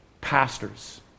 pastors